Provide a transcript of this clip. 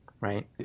right